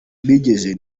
bigeze